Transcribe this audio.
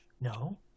No